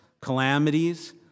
calamities